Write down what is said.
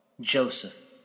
Joseph